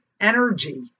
energy